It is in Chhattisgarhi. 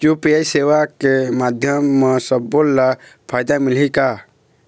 यू.पी.आई सेवा के माध्यम म सब्बो ला फायदा मिलही का?